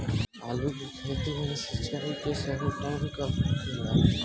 आलू के खेती मे सिंचाई के सही टाइम कब होखे ला?